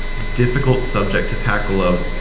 difficult subject to tackle of,